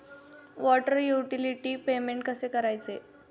Water utility payment कसे करायचे?